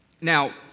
Now